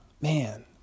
man